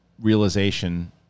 realization